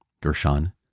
Gershon